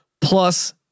plus